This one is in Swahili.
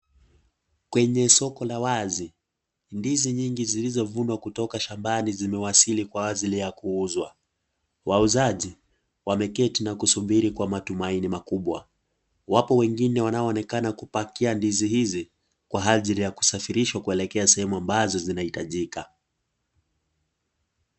Kwenye soko la wazi, ndizi nyingi zilizovunwa kutoka shambani zimewasili kwa ajili ya kuuzwa. Wauzaji wameketi na kusubiri kwa matumaini makubwa. Wapo wengine wanaonekana kupakia ndizi hizi, kwa ajili ya kusafirishwa kuelekea sehemu ambazo zinahitajika.